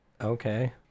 Okay